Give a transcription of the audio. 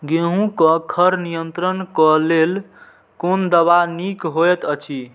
गेहूँ क खर नियंत्रण क लेल कोन दवा निक होयत अछि?